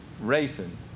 racing